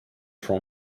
from